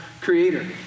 creator